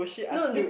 no